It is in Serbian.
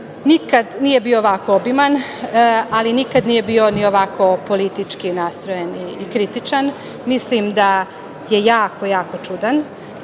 nikada nije bio ovako obiman, ali nikada nije bio ni ovako politički nastrojen i kritičan. Mislim da je jako, jako čudan.